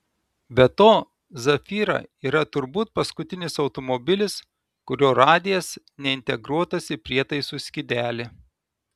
be to zafira yra turbūt paskutinis automobilis kurio radijas neintegruotas į prietaisų skydelį